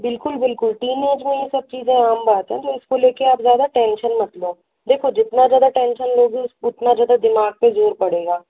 बिल्कुल बिल्कुल teenage में ये सब चीज़ें आम बात है तो इसको लेके आप ज़्यादा टेंशन मत लो देखो जितना ज़्यादा टेंशन लोगे उतना ज़्यादा दिमाग पर जोर पड़ेगा